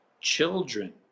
children